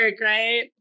right